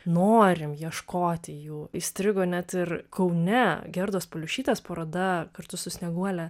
norim ieškoti jų įstrigo net ir kaune gerdos paliušytės paroda kartu su snieguole